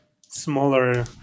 smaller